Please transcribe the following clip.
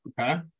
Okay